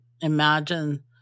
imagine